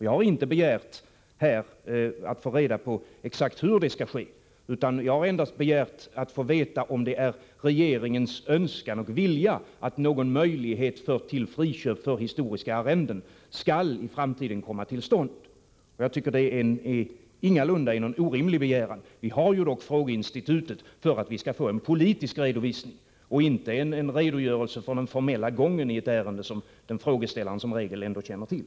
Jag har inte här begärt att få reda på exakt hur detta skall ske, utan jag har endast begärt att få veta om det är regeringens önskan och vilja att någon möjlighet till friköp för innehavare av historiska arrenden skall komma till stånd i framtiden. Jag tycker att detta ingalunda är någon orimlig begäran. Frågeinstitutet är ändock avsett att ge möjligheter till en politisk redovisning, inte till redogörelser för den formella gången i ärenden — något som frågeställaren som regel ändå känner till.